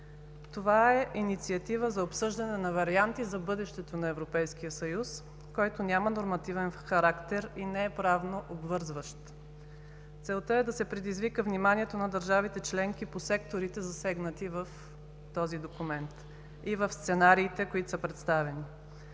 Това е инициатива за обсъждане на варианти за бъдещето на Европейския съюз, който няма нормативен характер и не е правно обвързващ. Целта е да се предизвика вниманието на държавите членки по секторите, засегнати в този документ, и в сценариите, които са представени.